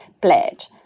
Pledge